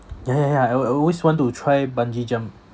ya ya ya I I always want to try bungee jump